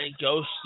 ghost